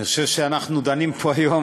אני חושב שאנחנו דנים פה היום,